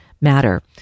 matter